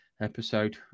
episode